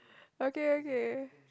okay okay